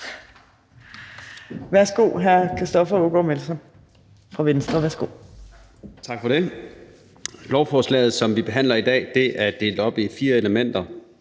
(Ordfører) Christoffer Aagaard Melson (V): Tak for det. Lovforslaget, som vi behandler i dag, er delt op i fire elementer.